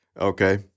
Okay